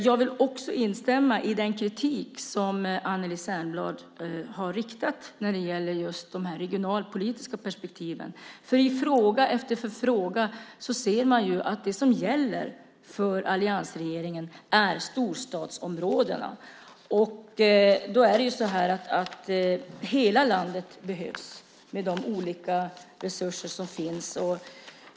Jag vill också instämma i den kritik som Anneli Särnblad har riktat till regeringen när det gäller de regionalpolitiska perspektiven. I fråga efter fråga ser man att det som gäller för alliansregeringen är storstadsområdena. Men hela landet behövs med de olika resurser som finns.